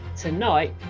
tonight